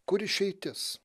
kur išeitis